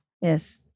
Yes